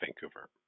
Vancouver